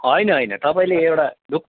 होइन होइन तपाईँले एउटा धु